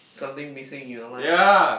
something missing in your life